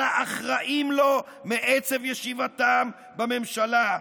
אלא אחראים לו מעצם ישיבתם בממשלה.